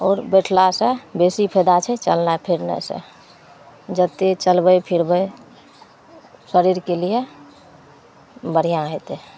आओर बैठलासे बेसी फायदा छै चलनाइ फिरनाइसे जतेक चलबै फिरबै शरीरके लिए बढ़िआँ हेतै